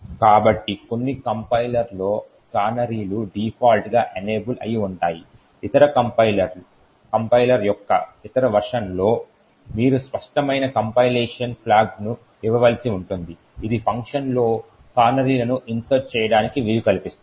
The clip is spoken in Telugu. కాబట్టి కొన్ని కంపైలర్లలో కానరీలు డిఫాల్ట్గా ఎనేబుల్ అయి ఉంటాయి ఇతర కంపైలర్ కంపైలర్ యొక్క ఇతర వెర్షన్లలో మీరు స్పష్టమైన కంపైలేషన్ ఫ్లాగ్ను ఇవ్వవలసి ఉంటుంది ఇది ఫంక్షన్లలో కానరీలను ఇన్సర్ట్ చేయడానికి వీలు కల్పిస్తుంది